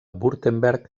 württemberg